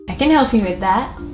can help you with that